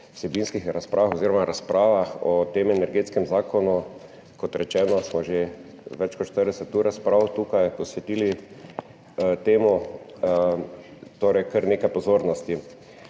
vsebinskih razpravah oziroma razpravah o tem energetskem zakonu, kot rečeno, že več kot 40 ur razprav tukaj posvetili, torej kar nekaj pozornosti.